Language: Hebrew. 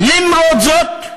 למרות זאת,